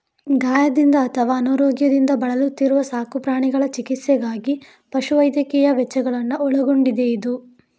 ಗಾಯದಿಂದ ಅಥವಾ ಅನಾರೋಗ್ಯದಿಂದ ಬಳಲುತ್ತಿರುವ ಸಾಕು ಪ್ರಾಣಿಗಳ ಚಿಕಿತ್ಸೆಗಾಗಿ ಪಶು ವೈದ್ಯಕೀಯ ವೆಚ್ಚಗಳನ್ನ ಒಳಗೊಂಡಿದೆಯಿದು